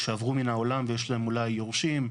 שעברו מן העולם ויש להם אולי יורשים.